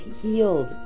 healed